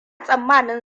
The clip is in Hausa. tsammanin